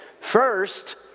first